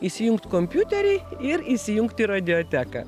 įsijungt kompiuterį ir įsijungti radioteką